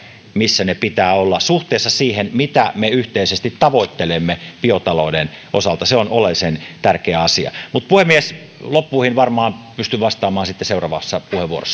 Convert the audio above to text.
missä niiden pitää olla suhteessa siihen mitä me yhteisesti tavoittelemme biotalouden osalta se on oleellisen tärkeä asia mutta puhemies loppuihin varmaan pystyn vastaamaan sitten seuraavassa puheenvuorossani